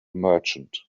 merchant